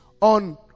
on